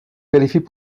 qualifient